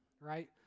right